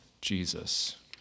Jesus